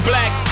Black